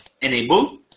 enable